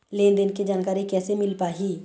लेन देन के जानकारी कैसे मिल पाही?